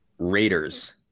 Raiders